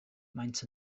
maent